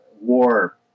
war